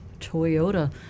Toyota